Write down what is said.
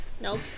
Nope